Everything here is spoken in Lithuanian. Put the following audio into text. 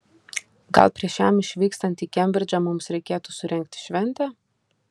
gal prieš jam išvykstant į kembridžą mums reikėtų surengti šventę